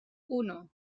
uno